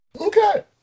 Okay